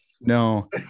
no